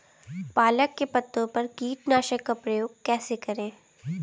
पालक के पत्तों पर कीटनाशक का प्रयोग कैसे करें?